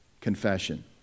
confession